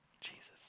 Jesus